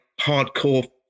hardcore